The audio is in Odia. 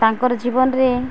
ତାଙ୍କର ଜୀବନରେ